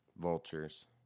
Vultures